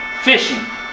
Fishing